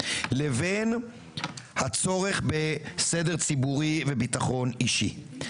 לבין הצורך בסדר ציבורי וביטחון אישי.